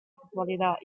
actualidad